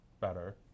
better